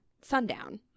sundown